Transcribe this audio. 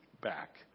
back